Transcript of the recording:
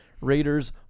Raiders